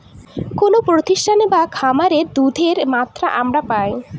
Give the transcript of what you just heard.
কোনো প্রতিষ্ঠানে বা খামারে দুধের মাত্রা আমরা পাই